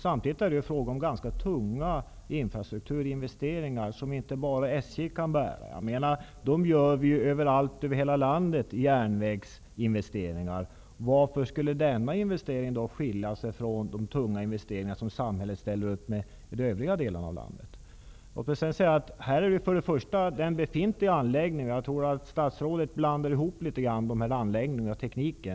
Samtidigt är det fråga om ganska tunga infrastrukturinvesteringar som inte SJ ensamt kan bära. Järnvägsinvesteringar gör vi överallt i landet. Varför skulle den här investeringen skilja sig från de tunga investeringar som samhället gör i övriga delar av landet? Jag tror att statsrådet blandar ihop anläggningar och teknik.